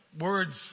Words